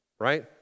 Right